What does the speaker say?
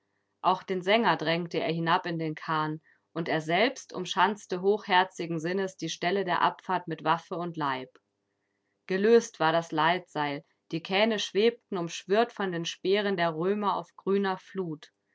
auch den sänger drängte er hinab in den kahn und er selbst umschanzte hochherzigen sinnes die stelle der abfahrt mit waffe und leib gelöst war das leitseil die kähne schwebten umschwirrt von den speeren der römer auf grüner flut